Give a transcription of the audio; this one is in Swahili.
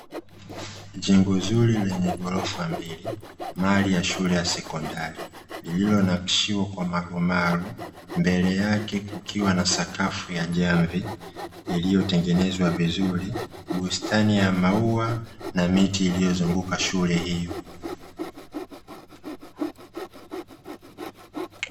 Jengo zuri lenye ghorofa mbili, mali ya shule ya sekondari, lililonakishiwa kwa marumaru, mbele yake kukiwa na sakafu ya jamvi iliyotengenezwa vizuri, bustani ya maua na miti iliyozunguka shule hiyo.